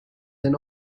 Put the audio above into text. than